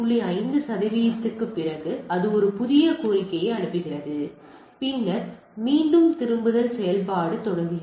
5 சதவிகிதத்திற்குப் பிறகு அது ஒரு புதிய கோரிக்கையை அனுப்புகிறது பின்னர் மீண்டும் திருப்புதல் செயல்பாடு தொடர்கிறது